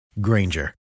Granger